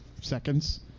seconds